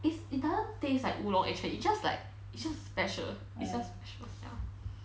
it's it doesn't taste like 乌龙 actually is just like is just special is just special ya